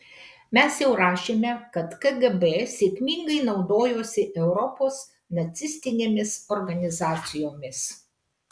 mes jau rašėme kad kgb sėkmingai naudojosi europos nacistinėmis organizacijomis